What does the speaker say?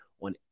on